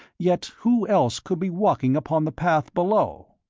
yet who else could be walking upon the path below?